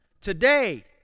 today